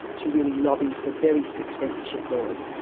to really lobby for very strict censorship laws.